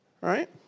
Right